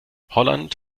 holland